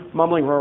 mumbling